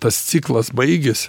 tas ciklas baigias